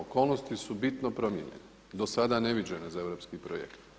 Okolnosti su bitno promijenjene do sada neviđene za europski projekt.